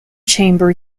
chamber